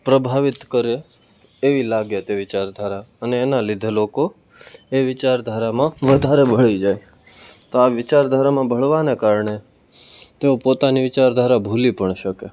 પ્રભાવિત કરે એવી લાગે તે વિચારધારા અને એના લીધે લોકો એ વિચારધારામાં વધારે ભળી જાય તો આ વિચારધારામાં ભળવાને કારણે તેઓ પોતાની વિચારધારાને ભૂલી પણ શકે